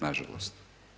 Nažalost.